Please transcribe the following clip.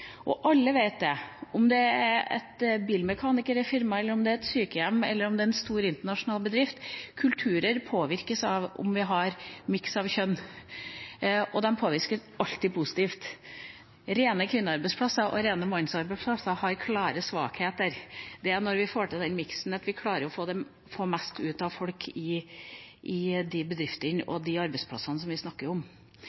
Og alle vet det, om det er et bilmekanikerfirma, om det er et sykehjem eller om det er en stor internasjonal bedrift: Kulturer påvirkes av om vi har miks av kjønn, og de påvirkes alltid positivt hvis det er det. Rene kvinnearbeidsplasser og rene mannsarbeidsplasser har klare svakheter. Det er når vi får til den miksen at vi klarer å få mest ut av folk i de bedriftene